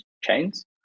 chains